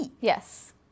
Yes